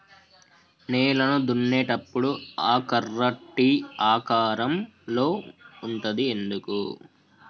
నేలను దున్నేటప్పుడు ఆ కర్ర టీ ఆకారం లో ఉంటది ఎందుకు?